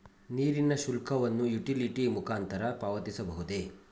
ನೀರಿನ ಶುಲ್ಕವನ್ನು ಯುಟಿಲಿಟಿ ಮುಖಾಂತರ ಪಾವತಿಸಬಹುದೇ?